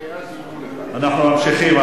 אנחנו ממשיכים.